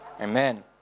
Amen